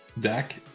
deck